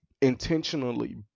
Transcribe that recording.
intentionally